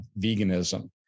veganism